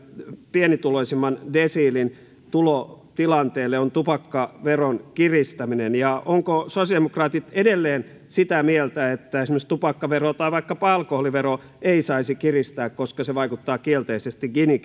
pienituloisimman desiilin tulotilanteelle on tupakkaveron kiristäminen ovatko sosiaalidemokraatit edelleen sitä mieltä että esimerkiksi tupakkaveroa tai vaikkapa alkoholiveroa ei saisi kiristää koska se vaikuttaa kielteisesti gini